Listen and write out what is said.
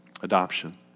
Adoption